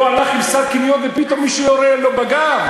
עשה קניות ופתאום מישהו יורה לו בגב?